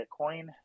Bitcoin